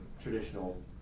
traditional